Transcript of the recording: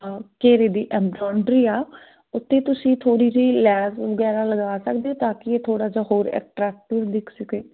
ਘੇਰੇ ਦੀ ਅੰਬਰੋਨਡਰੀ ਆ ਉੱਤੇ ਤੁਸੀਂ ਥੋੜ੍ਹੀ ਜਿਹੀ ਲੈਸ ਵਗੈਰਾ ਲਗਾ ਸਕਦੇ ਹੋ ਤਾਂ ਕਿ ਇਹ ਥੋੜ੍ਹਾ ਜਿਹਾ ਹੋਰ ਐਟਰੈਕਟਿਵ ਦਿਖ ਸਕੇ